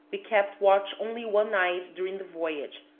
we kept watch only one night during the voyage,